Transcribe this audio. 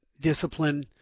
discipline